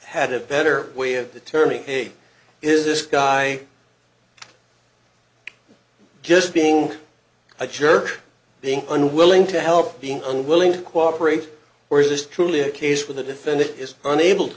had a better way of determining hey is this guy just being a jerk being unwilling to help being unwilling to cooperate or is this truly a case where the defendant is unable